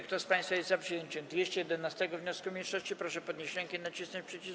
Kto z państwa jest za przyjęciem 211. wniosku mniejszości, proszę podnieść rękę i nacisnąć przycisk.